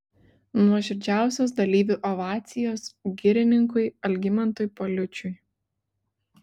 nuoširdžiausios dalyvių ovacijos girininkui algimantui paliučiui